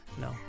No